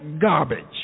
garbage